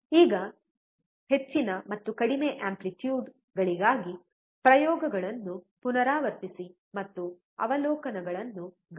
ಈಗ ಹೆಚ್ಚಿನ ಮತ್ತು ಕಡಿಮೆ ಆಂಪ್ಲಿಟ್ಯೂಡ್ಗಳಿಗಾಗಿ ಪ್ರಯೋಗಗಳನ್ನು ಪುನರಾವರ್ತಿಸಿ ಮತ್ತು ಅವಲೋಕನಗಳನ್ನು ಗಮನಿಸಿ